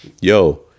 yo